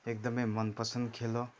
एकदमै मनपसन्द खेल हो